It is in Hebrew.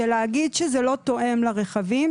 להגיד שזה לא תואם לרכבים,